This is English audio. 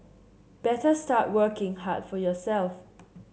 better start working hard for yourself